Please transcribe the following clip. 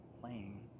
playing